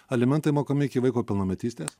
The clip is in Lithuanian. alimentai mokami iki vaiko pilnametystės